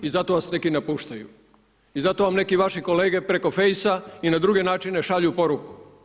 I zato vas neki napuštaju i zato vam neki vaši kolege preko face-a i na druge načine šalju poruku.